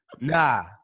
Nah